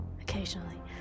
occasionally